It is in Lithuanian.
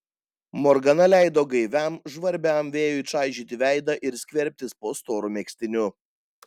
morgana leido gaiviam žvarbiam vėjui čaižyti veidą ir skverbtis po storu megztiniu